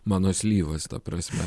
mano slyvas ta prasme